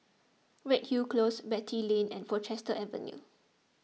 Redhill Close Beatty Lane and Portchester Avenue